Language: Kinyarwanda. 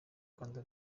rwanda